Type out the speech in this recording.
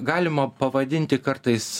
galima pavadinti kartais